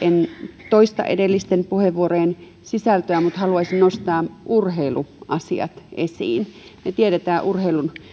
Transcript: en toista edellisten puheenvuorojen sisältöä vaan haluaisin nostaa urheiluasiat esiin me tiedämme urheilun